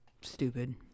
stupid